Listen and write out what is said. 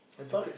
some